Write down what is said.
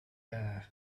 air